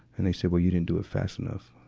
and they said, well, you didn't do it fast enough.